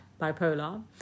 bipolar